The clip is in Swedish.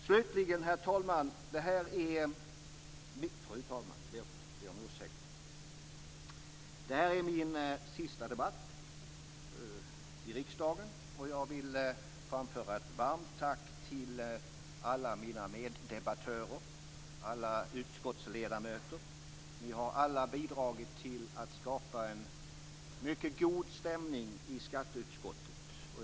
Slutligen, fru talman! Det här är min sista debatt i riksdagen. Jag vill framföra ett varmt tack till alla mina meddebattörer, alla utskottsledamöter. Ni har alla bidragit till att skapa en mycket god stämning i skatteutskottet.